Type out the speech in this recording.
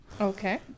Okay